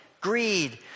greed